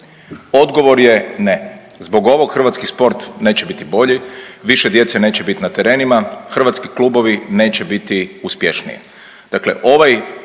Odgovor je ne. Zbog ovog hrvatski sport neće biti bolji, više djece neće biti na terenima, hrvatski klubovi neće biti uspješniji.